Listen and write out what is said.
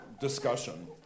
discussion